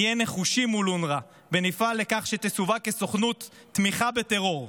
נהיה נחושים מול אונר"א ונפעל לכך שתסווג כסוכנות תמיכה בטרור,